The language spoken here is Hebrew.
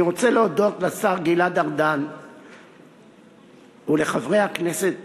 אני רוצה להודות לשר גלעד ארדן ולחברי הכנסת